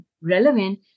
relevant